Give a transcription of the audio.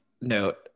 note